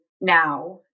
now